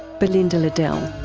belinda liddell.